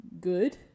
good